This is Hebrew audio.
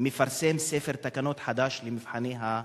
מפרסם ספר תקנות חדש למבחני הנכות.